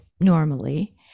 normally